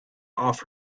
off